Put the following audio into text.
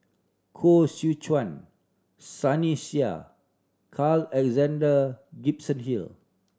Koh Seow Chuan Sunny Sia Carl Alexander Gibson Hill